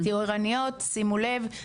שימו לב,